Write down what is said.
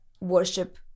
worship